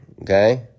okay